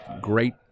Great